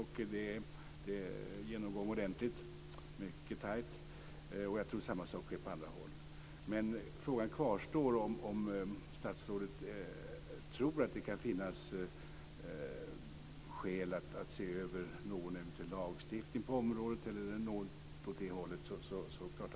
Det är en ordentlig genomgång, mycket tajt, och jag tror att samma sak sker på andra håll. Men frågan kvarstår: Tror statsrådet att det kan finnas skäl att se över någon eventuell lagstiftning på området eller något åt det hållet?